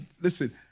listen